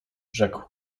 rzekł